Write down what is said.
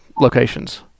locations